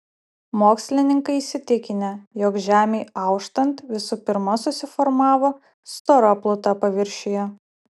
mokslininkai įsitikinę jog žemei auštant visų pirma susiformavo stora pluta paviršiuje